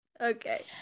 Okay